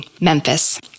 Memphis